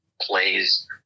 plays